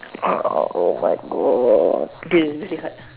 uh oh my God this is really hard